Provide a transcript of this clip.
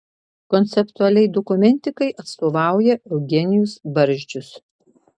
konceptualiai dokumentikai atstovauja eugenijus barzdžius